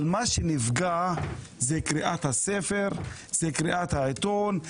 אבל מה שנפגע זה קריאת הספר, זה קריאת העיתון.